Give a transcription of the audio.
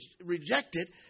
rejected